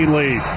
lead